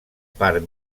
part